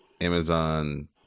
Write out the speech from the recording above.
Amazon